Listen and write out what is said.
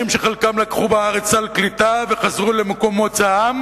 שחלקם לקחו בארץ סל קליטה וחזרו למקום מוצאם,